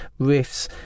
riffs